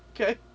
okay